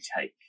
take